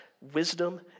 wisdom